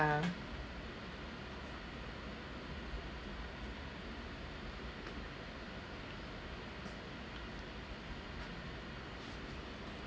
~a